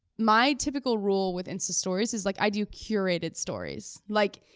my typical rule with insta stories is like i do curated stories. like,